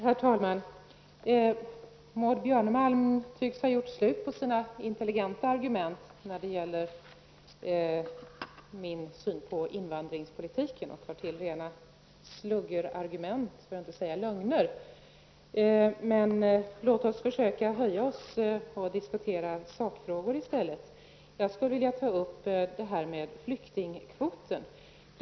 Herr talman! Maud Björnemalm tycks ha gjort slut på sina intelligenta argument när det gäller min syn på invandrarpolitiken. Nu tar hon till rena sluggerargument, för att inte säga lögner. Men låt oss höja oss och i stället diskutera sakfrågor. Jag skulle vilja ta upp flyktingkvoten.